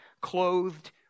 clothed